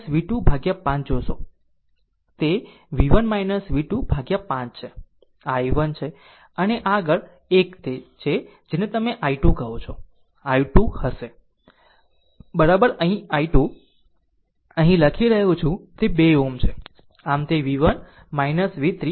આમ તે v1 v2 upon 5 છે આ i1 છે અને આગળ એક તે છે જેને તમે i2 કહો છો i2 હશે અહીં i2 અહીં લખી રહ્યો છું તે 2 Ω છે